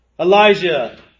Elijah